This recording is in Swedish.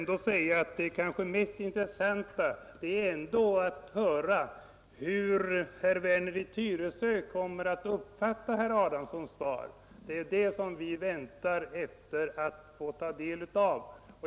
Det kanske mest intressanta är ändå att få höra hur herr Werner i Tyresö kommer att uppfatta herr Adamssons svar. Det är det vi väntar på att få ta del av.